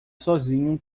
sozinho